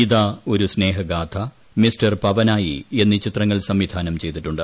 ഇതാ ഒരു സ്നേഹഗാഥ മിസ്റ്റർ പവനായി എന്നീ ചിത്രങ്ങൾ സംവിധാനം ചെയ്തിട്ടുണ്ട്